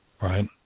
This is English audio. right